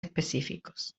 específicos